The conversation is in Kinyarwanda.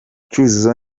cyuzuzo